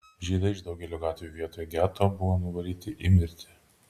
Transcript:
žydai iš daugelio gatvių vietoj geto buvo nuvaryti į mirtį